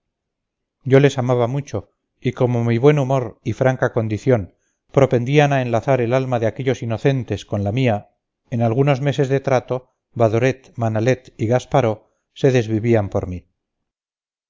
yo les amaba mucho y como mi buen humor y franca condición propendían a enlazar el alma de aquellos inocentes con la mía en algunos meses de trato badoret manalet y gasparó se desvivían por mí